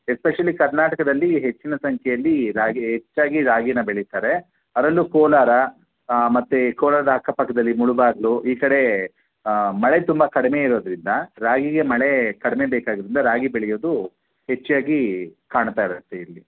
especially ಕರ್ನಾಟಕದಲ್ಲಿ ಹೆಚ್ಚಿನ ಸಂಖ್ಯೆಯಲ್ಲಿ ರಾಗಿ ಹೆಚ್ಚಾಗಿ ರಾಗಿನ ಬೆಳಿತಾರೆ ಅದರಲ್ಲೂ ಕೋಲಾರ ಮತ್ತು ಕೋಲಾರದ ಅಕ್ಕಪಕ್ಕದಲ್ಲಿ ಮುಳಬಾಗ್ಲು ಈ ಕಡೆ ಮಳೆ ತುಂಬ ಕಡಿಮೆ ಇರೋದ್ರಿಂದ ರಾಗಿಗೆ ಮಳೆ ಕಡಿಮೆ ಬೇಕಾಗಿರೋದ್ರಿಂದ ರಾಗಿ ಬೆಳೆಯೋದು ಹೆಚ್ಚಾಗಿ ಕಾಣ್ತಾ ಇರುತ್ತೆ ಇಲ್ಲಿ